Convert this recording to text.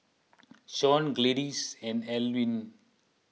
Shauna Gladyce and Alwin